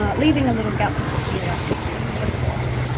ah leaving a little gap to put the elastic through of course.